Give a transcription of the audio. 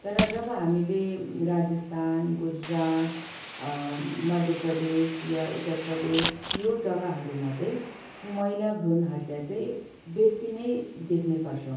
तर जब हामीले राजस्थान गुजरात मध्यप्रदेश या उत्तर प्रदेश यो जग्गाहरूमा चाहिँ यो महिला भ्रूणहत्या चाहिँ बेसी नै देख्ने गर्छौँ